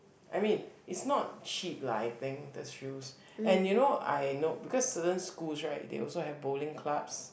I mean it's not cheap lah I think those shoes and you know I know because certain schools right they also have bowling clubs